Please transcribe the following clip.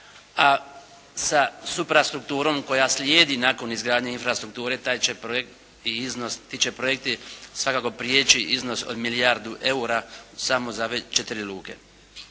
A sa suprastrukturom koja slijedi nakon izgradnje infrastrukture taj će projekt i iznos, ti će projekti svakako prijeći iznos od milijardu eura samo za ove četiri luke.